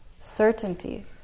certainty